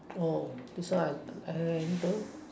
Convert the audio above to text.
oh this one I don't